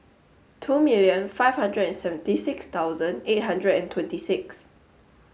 two million five hundred seventy six thousand eight hundred and twenty six